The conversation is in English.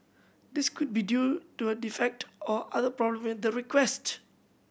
this could be due to a defect or other problem with the request